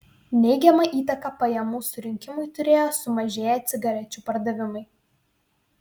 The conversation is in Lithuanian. neigiamą įtaką pajamų surinkimui turėjo sumažėję cigarečių pardavimai